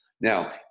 Now